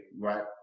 right